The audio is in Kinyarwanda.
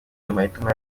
amahitamo